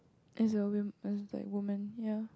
it's a wimp it's like woman ya